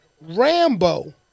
Rambo